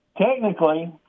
technically